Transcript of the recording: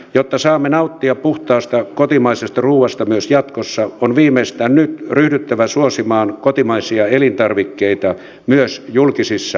jotta saamme nauttia puhtaasta kotimaisesta ruuasta myös jatkossa on viimeistään nyt ryhdyttävä suosimaan kotimaisia elintarvikkeita myös julkisissa hankinnoissa